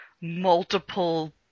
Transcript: multiple